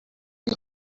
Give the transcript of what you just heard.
این